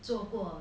做过